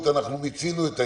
הסמכות, אנחנו מיצינו את העניין.